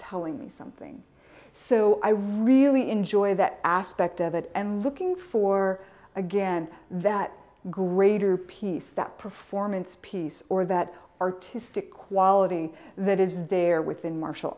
telling me something so i really enjoy that aspect of it and looking for again that greater piece that performance piece or that artistic quality that is there within martial